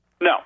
No